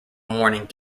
morning